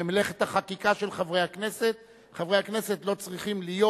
יחד עם זה, שני השרים אשר